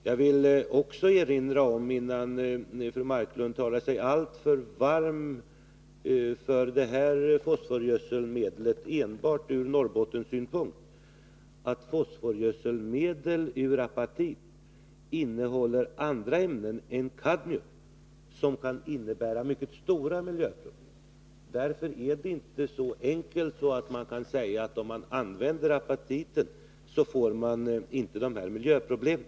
Jag vill också erinra om, innan fru Marklund talar sig alltför varm för detta fosforgödselmedel enbart ur Norrbottens synpunkt, att fosforgödselmedel ur apatit innehåller andra ämnen än kadmium som kan innebära mycket stora miljöproblem. Därför är det inte så enkelt att man bara kan säga att om vi använder apatit får vi inte de här miljöproblemen.